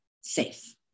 safe